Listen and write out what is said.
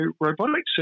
robotic